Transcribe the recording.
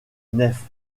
nef